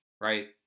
right